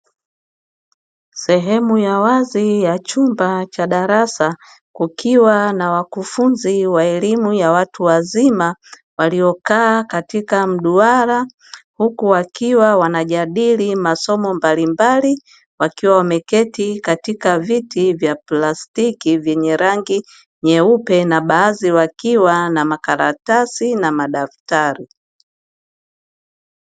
Sehemu ya wazi ya chumba cha darasa kukiwa na wakufunzi wa elimu ya watu wazima waliokaa katika mduara huku wakiwa wanajadili masomo mbalimbali, wakiwa wameketi katika viti vya plastiki vyenye rangi nyeupe na baadhi wakiwa na makaratasi na madaftari.